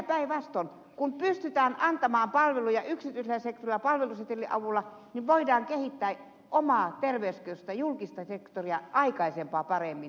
päinvastoin kun pystytään antamaan palveluja yksityisellä sektorilla palvelusetelin avulla niin voidaan kehittää omaa terveyskeskusta julkista sektoria aikaisempaa paremmin